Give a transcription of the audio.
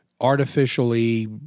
artificially